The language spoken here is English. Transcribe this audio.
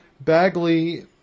Bagley